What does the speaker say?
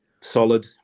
solid